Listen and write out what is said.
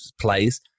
plays